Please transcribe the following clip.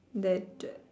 that a